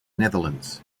netherlands